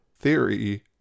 theory